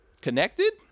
Connected